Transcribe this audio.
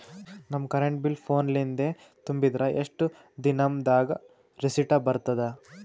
ನಮ್ current bill ಫೋನ ಲಿಂದೇ ತುಂಬಿದ್ರ, ಎಷ್ಟ ದಿ ನಮ್ ದಾಗ ರಿಸಿಟ ಬರತದ?